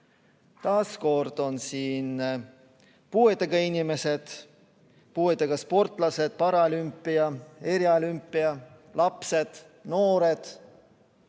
Taas kord on siin puuetega inimesed, puuetega sportlased, paraolümpia, eriolümpia, lapsed, noored